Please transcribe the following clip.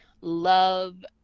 love